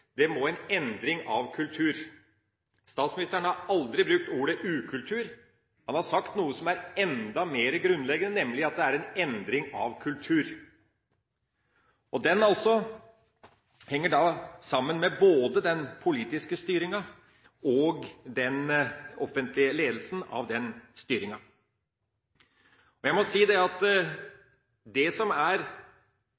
det må til en endring av kultur. Statsministeren har aldri brukt ordet «ukultur». Han har sagt noe som er enda mer grunnleggende, nemlig at det er en endring av kultur. Den henger sammen med både den politiske styringa og den offentlige ledelsen av den styringa. Jeg må si at det som er tydelig for meg i en del sammenhenger, er at